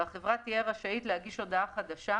והחברה תהיה רשאית להגיש הודעה חדשה,